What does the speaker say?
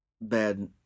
bad